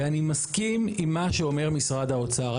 ואני מסכים עם מה שאומר משרד האוצר.